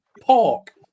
pork